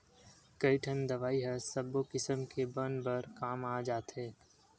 कइठन दवई ह सब्बो किसम के बन बर काम आ जाथे